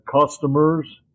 customers